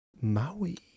maui